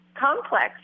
complex